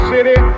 City